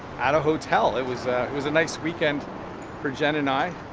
at a hotel. it was was a nice weekend for jen and i,